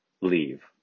leave